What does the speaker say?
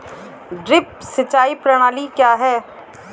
Drip सिंचाई प्रणाली क्या है?